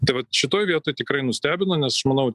tai vat šitoj vietoj tikrai nustebino nes aš manau